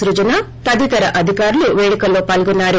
సృజన తదితర అధికారులు పేడుకల్లో పాల్గొన్సారు